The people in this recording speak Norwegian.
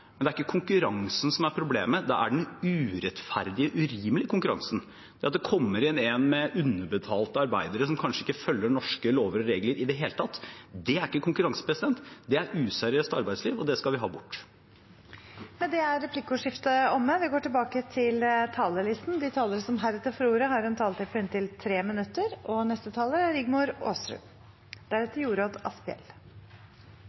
men det er ikke konkurransen som er problemet, det er den urettferdige, urimelige konkurransen, at det kommer inn en bedrift med underbetalte arbeidere som kanskje ikke følger norske lover og regler i det hele tatt. Det er ikke konkurranse, det er useriøst arbeidsliv, og det skal vi ha bort. Replikkordskiftet er omme. De talere som heretter får ordet, har en taletid på inntil 3 minutter. Denne saken dreier seg overordnet sett om hvorvidt vi skal ha et arbeidsliv som er